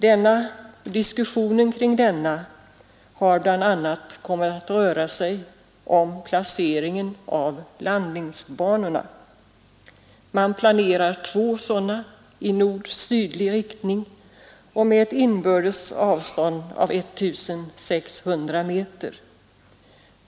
Diskussionen kring denna har bl.a. kommit att röra sig om placeringen av landningsbanorna. Man planerar två sådana i nordsydlig riktning och med ett inbördes avstånd av 1 600 meter.